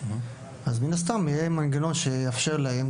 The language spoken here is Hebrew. אז מן הסתם שיהיה מנגנון שיאפשר להם.